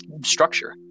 structure